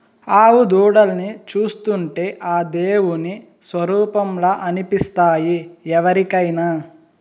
ఆవు దూడల్ని చూస్తుంటే ఆ దేవుని స్వరుపంలా అనిపిస్తాయి ఎవరికైనా